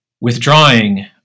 withdrawing